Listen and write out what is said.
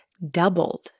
doubled